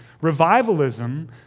revivalism